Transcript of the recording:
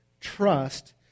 trust